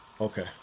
Okay